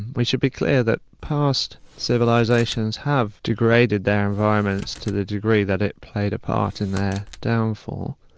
we should be clear that past civilisations have degraded their environments to the degree that it played a part in their downfall.